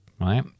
right